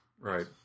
Right